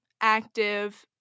active